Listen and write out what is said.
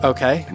Okay